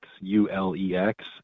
U-L-E-X